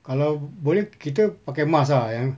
kalau boleh kita pakai mask ah yang